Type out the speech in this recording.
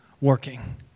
working